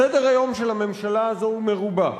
סדר-היום של הממשלה הזאת הוא מרובע: